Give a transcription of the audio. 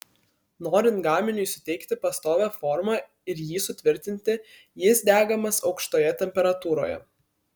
norint gaminiui suteikti pastovią formą ir jį sutvirtinti jis degamas aukštoje temperatūroje